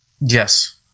Yes